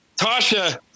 Tasha